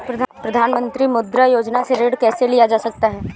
प्रधानमंत्री मुद्रा योजना से ऋण कैसे लिया जा सकता है?